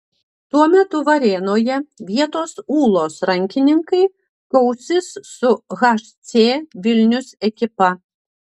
tuo metu varėnoje vietos ūlos rankininkai kausis su hc vilnius ekipa